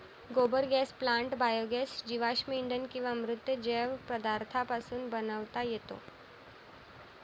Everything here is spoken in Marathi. गोबर गॅस प्लांट बायोगॅस जीवाश्म इंधन किंवा मृत जैव पदार्थांपासून बनवता येतो